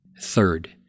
Third